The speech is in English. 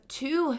two